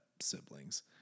siblings